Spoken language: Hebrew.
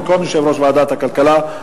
במקום יושב-ראש ועדת הכלכלה,